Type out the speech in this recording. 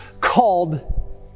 called